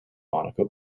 monaco